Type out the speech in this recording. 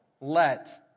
let